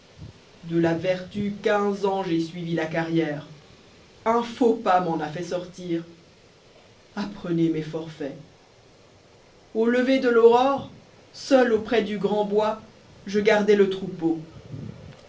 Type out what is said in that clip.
de la vertu quinze ans j'ai suivi la carrière un faux pas m'en a fait sortir apprenez mes forfaits au lever de l'aurore seul auprès du grand bois je gardois le troupeau